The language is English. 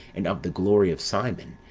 and of the glory of simon,